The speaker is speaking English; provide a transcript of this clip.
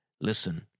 Listen